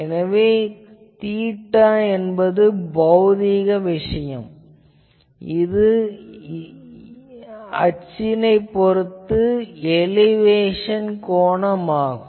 எனவே தீட்டா என்பது பௌதீக விஷயம் இது அச்சினைப் பொறுத்து எலிவேஷன் கோணம் ஆகும்